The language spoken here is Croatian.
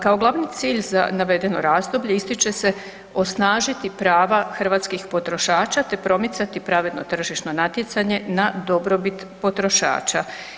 Kao glavni cilj za navedeno razdoblje ističe se osnažiti prava hrvatskih potrošača te promicati pravedno tržišno natjecanje na dobrobit potrošača.